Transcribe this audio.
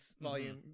volume